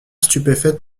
stupéfaite